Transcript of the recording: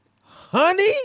Honey